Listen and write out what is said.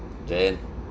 then